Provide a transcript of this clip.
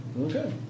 Okay